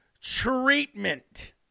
treatment